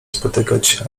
spotykać